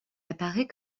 apparaît